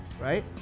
right